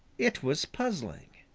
it was puzzling.